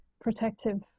protective